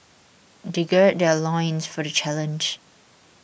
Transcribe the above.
they gird their loins for the challenge